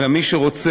אלא מי שרוצה,